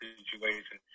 situation